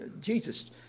Jesus